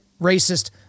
racist